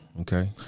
okay